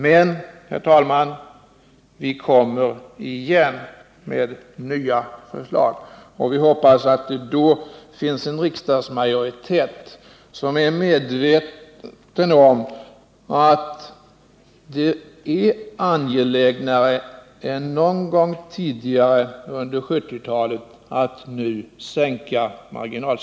Men, herr talman, vi kommer igen med nya förslag, och vi hoppas att det då finns en riksdagsmajoritet som är medveten om att det är angelägnare än någon gång tidigare under 1970-talet att sänka marginalskatten.